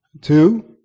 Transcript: Two